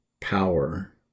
power